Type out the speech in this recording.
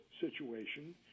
situation